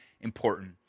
important